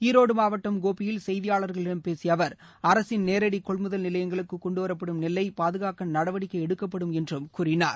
ஈரோடு மாவட்டம் கோபியில் செய்தியாளர்களிடம் பேசிய அவர் அரசின் நேரடி கொள்முதல் நிலையங்களுக்கு கொண்டு வரப்படும் நெல்லை பாதுகாக்க நடவடிக்கை எடுக்கப்படும் என்று கூறினார்